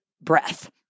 breath